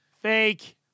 Fake